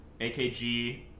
AKG